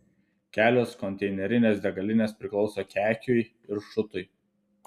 kelios konteinerinės degalinės priklauso kekiui ir šutui